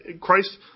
Christ